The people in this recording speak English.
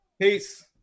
Peace